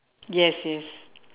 yes yes